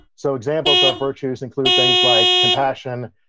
so, examples of virtues include things like compassion,